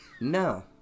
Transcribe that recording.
No